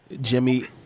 Jimmy